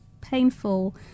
painful